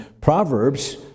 Proverbs